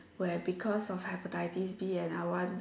where because of hepatitis B and I want